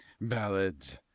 Ballads